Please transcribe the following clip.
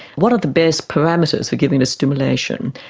what are the best parameters for giving this stimulation?